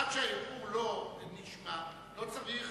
עד שהערעור לא נשמע הקואליציה לא צריכה